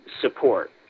support